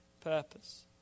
purpose